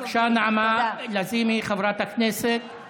בבקשה, חברת הכנסת נעמה לזימי.